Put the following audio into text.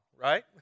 right